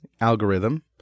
algorithm